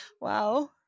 Wow